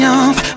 off